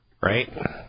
Right